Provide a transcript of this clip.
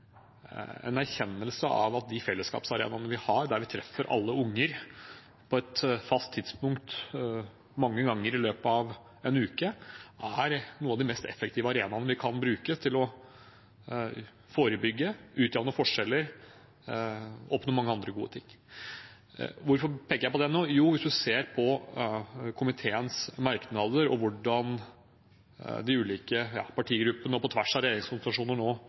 erkjennelse av at de fellesskapsarenaene vi har, der vi treffer alle unger på et fast tidspunkt mange ganger i løpet av en uke, er noen av de mest effektive arenaene vi kan bruke for å forebygge, utjevne forskjeller og oppnå mange andre gode ting. Hvorfor peker jeg på det nå? Jo, hvis man ser på komiteens merknader og hvordan man i de ulike partigruppene og på tvers av regjeringskonstellasjoner nå